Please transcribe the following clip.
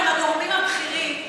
הכול בסדר.